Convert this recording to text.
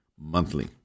monthly